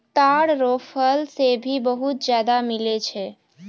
ताड़ रो फल से भी बहुत ज्यादा मिलै छै